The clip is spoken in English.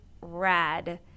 rad